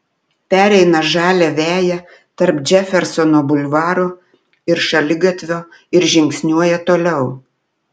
pereina žalią veją tarp džefersono bulvaro ir šaligatvio ir žingsniuoja toliau